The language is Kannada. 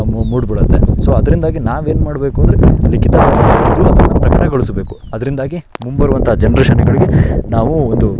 ಮು ಮೂಡ್ಬಿಡುತ್ತೆ ಸೊ ಅದರಿಂದಾಗಿ ನಾವು ಏನು ಮಾಡಬೇಕು ಅಂದರೆ ಲಿಖಿತವಾಗಿ ದೂರ ದೂರ ಅದನ್ನು ಪ್ರಕಟಗೊಳಿಸಬೇಕು ಅದರಿಂದಾಗಿ ಮುಂಬರುವಂಥ ಜನ್ರೇಷನ್ಗಳಿಗೆ ನಾವು ಒಂದು